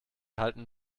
halten